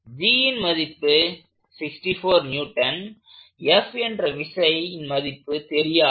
Gன் மதிப்பு 64N F என்ற விசை விசையின் மதிப்பு தெரியாது